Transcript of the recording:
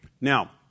Now